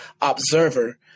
observer